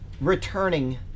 returning